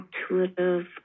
intuitive